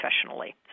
professionally